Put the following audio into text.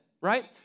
right